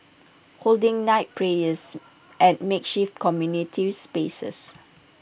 holding night prayers at makeshift community spaces